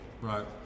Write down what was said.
Right